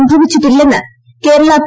സംഭവിച്ചിട്ടില്ലെന്ന് Kerala P